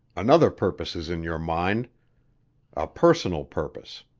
another purpose is in your mind a personal purpose.